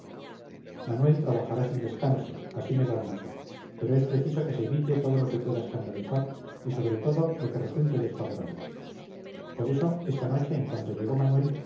manuel trabajará sin descanso así me lo ha dicho pero es preciso que se evite todo lo que pueda escandalizar y sobre todo lo que resulte desfavorable por eso esta noche en cuanto llegó manuel